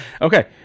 Okay